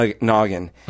noggin